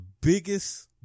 biggest